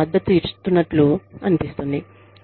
మద్దతు ఇస్తున్నట్లు అనిపిస్తుంది